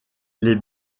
les